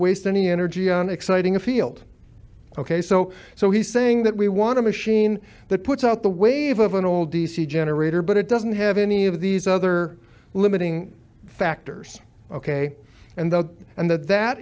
waste any energy on exciting a field ok so so he's saying that we want to machine that puts out the wave of an old d c generator but it doesn't have any of these other limiting factors ok and the and that that